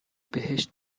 بهشت